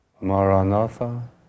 Maranatha